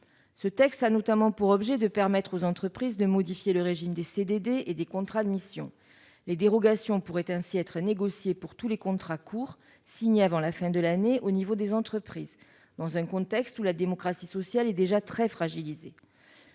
Ce texte a notamment pour objet de permettre aux entreprises de modifier le régime des CDD et des contrats de mission. Les dérogations pourraient ainsi être négociées au niveau des entreprises pour tous les contrats courts signés avant la fin de l'année, dans un contexte où la démocratie sociale est déjà très fragilisée.